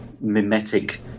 mimetic